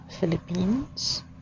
Philippines